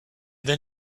then